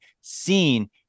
seen